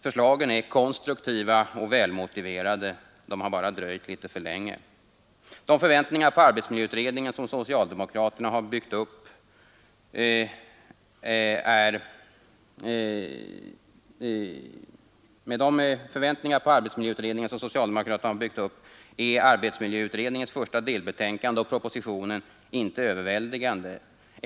Förslagen är konstruktiva och välmotiverade, de har bara dröjt för länge. Med de förväntningar på arbetsmiljöutredningen som socialdemokraterna har byggt upp är arbetsmiljöutredningens första delbetänkande och propositionen inte överväldigande.